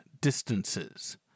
distances